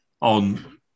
on